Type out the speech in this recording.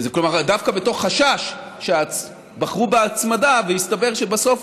כלומר, דווקא מתוך חשש בחרו בהצמדה, והסתבר שבסוף